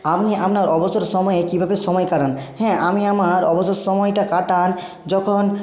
আপনি আপনার অবসর সময়ে কীভাবে সময় কাটান হ্যাঁ আমি আমার অবসর সময়টা কাটান যখন